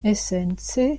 esence